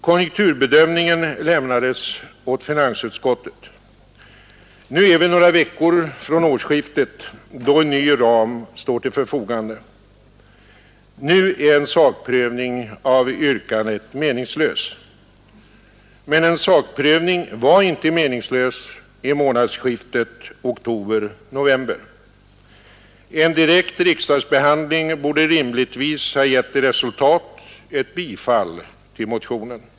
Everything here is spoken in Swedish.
Konjunkturbedömningen lämnades åt finansutskottet. Nu är vi några veckor från årsskiftet, då en ny ram står till förfogande. Därför är en sakprövning av yrkandet meningslös. Men en sakprövning var inte meningslös i månadsskiftet oktober/november. En direkt riksdagsbehand ling borde rimligtvis ha givit till resultat ett bifall till motionen.